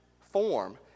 form